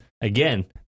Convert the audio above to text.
again